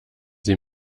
sie